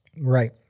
Right